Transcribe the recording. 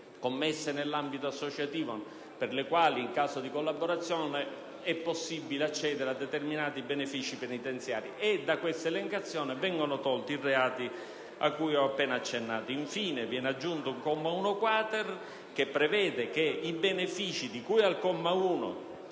commesse nell'ambito associativo per le quali, in caso di collaborazione, è possibile accedere a determinati benefici penitenziari. Ebbene, da tale elencazione vengono eliminati i reati a cui ho appena accennato. Infine, viene aggiunto il comma 1-*quater*, che prevede che i benefìci di cui al comma 1